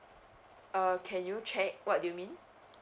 uh can you check what you mean